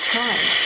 time